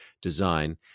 design